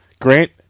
Grant